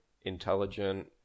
intelligent